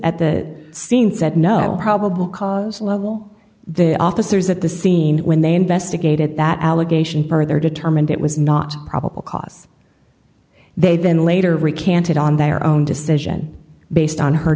at the scene said no probable cause level the officers at the scene when they investigated that allegation per their determined it was not probable cause they then later recanted on their own decision based on her